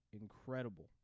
incredible